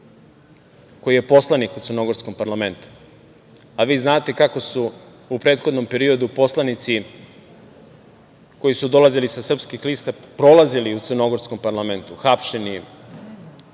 koji je poslanik u crnogorskom parlamentu, a vi znate kako su u prethodnom periodu poslanici koji su dolazili sa srpskih lista prolazili u crnogorskom parlamentu, hapšeni,